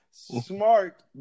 Smart